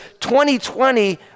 2020